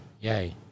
Yay